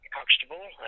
Huxtable